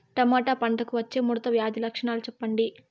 Tomato పంటకు వచ్చే ముడత వ్యాధి లక్షణాలు చెప్పండి?